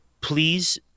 please